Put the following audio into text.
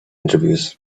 interviews